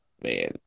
man